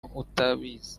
utabizi